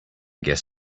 guess